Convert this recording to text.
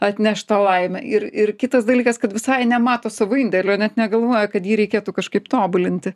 atneš tą laimę ir ir kitas dalykas kad visai nemato savo indėlio i net negalvoja kad jį reikėtų kažkaip tobulinti